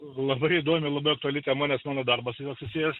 labai įdomi labai aktuali tema nes mano darbas yra susijęs